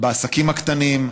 בעסקים הקטנים,